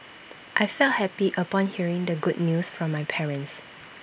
I felt happy upon hearing the good news from my parents